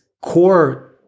core